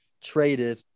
traded